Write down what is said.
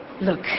Look